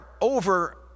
over